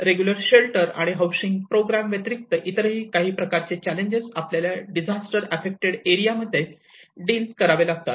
regular shelter आणि housing programme व्यतिरिक्त इतरही काही प्रकारचे चॅलेंजेस आपल्याला डिझास्टर आफ्फेक्टेड एरियामध्ये डिल करावे लागतात